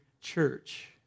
church